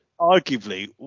Arguably